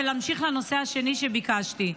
ולהמשיך לנושא השני שביקשתי.